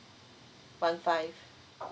one five